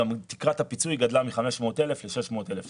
גם תקרת הפיצוי גדלה מ-500 אלף ל-600 אלף שקלים.